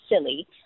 silly